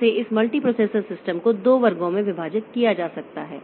फिर से इस मल्टीप्रोसेसर सिस्टम को दो वर्गों में विभाजित किया जा सकता है